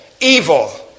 evil